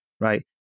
right